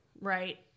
right